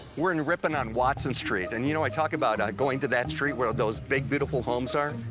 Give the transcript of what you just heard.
we're in ripon on watson street. and you know, i talk about going to that street where those big, beautiful homes are?